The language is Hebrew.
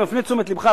אני מפנה את תשומת לבך,